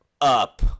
Up